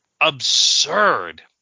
Absurd